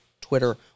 Twitter